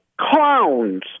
clowns